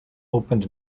opened